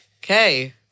Okay